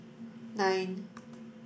nine